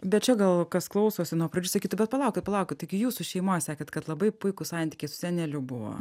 bet čia gal kas klausosi nuo pradžių sakytų bet palaukit palauki taigi jūsų šeimoj sakėt kad labai puikūs santykiai su seneliu buvo